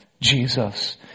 Jesus